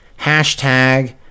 hashtag